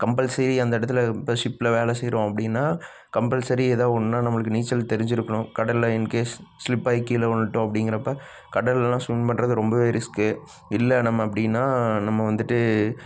compulsory அந்த இடத்துல இப்போ ஷிப்பில் வேலை செய்கிறோம் அப்படினா கம்பல்ஸரி ஏதா ஒன்றுனா நம்மளுக்கு நீச்சல் தெரிஞ்சுருக்கணும் கடலில் இன் கேஸ் ஸ்லிப் ஆகி கீழே விழுந்துவிட்டோம் அப்படிங்கிறப்ப கடலெல்லாம் ஸ்விம் பண்ணுறது ரொம்பவே ரிஸ்க்கு இல்லை நம்ம அப்படினா நம்ம வந்துவிட்டு